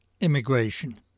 immigration